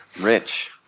rich